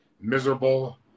miserable